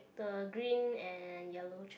the green and yellow